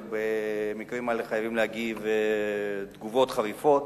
ובמקרים האלה חייבים להגיב תגובות חריפות.